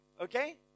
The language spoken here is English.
okay